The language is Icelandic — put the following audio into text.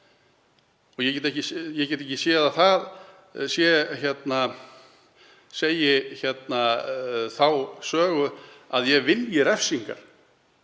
Ég get ekki séð að það segi þá sögu að ég vilji refsingar.